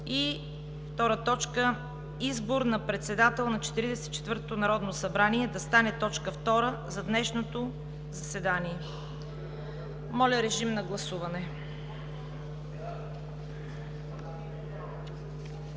заседание. Избор на председател на 44-то Народно събрание да стане точка втора за днешното заседание. Моля режим на гласуване.